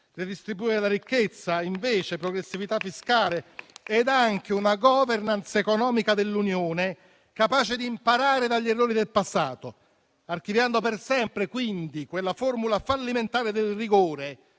redistribuire ricchezza, progressività fiscale ed anche una *governance* economica dell'Unione capace di imparare dagli errori del passato, archiviando per sempre quella formula fallimentare del rigore